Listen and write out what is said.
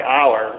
hour